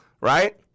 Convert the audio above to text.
Right